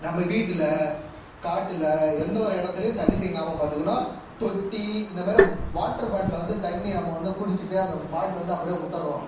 நம்ம வீட்டில் காட்டில் எந்த ஒரு இடத்துலையும் தண்ணி தேங்காமல் பார்த்துக்கணும் தொட்டி இந்தமாரி வாட்டர் பாட்லில் வந்து தண்ணி நம்ம வந்து குடிச்சுட்டு அந்த பாட்லை வந்து அப்படியே விட்டர்றோம்